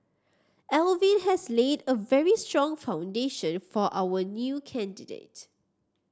Alvin has laid a very strong foundation for our new candidate